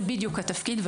זה בדיוק התפקיד שלה,